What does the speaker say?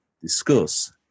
discuss